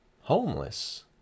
homeless